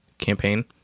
campaign